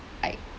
I